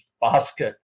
basket